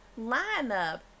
lineup